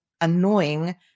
annoying